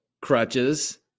crutches